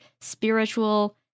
spiritual